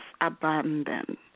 abandon